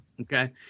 Okay